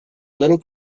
little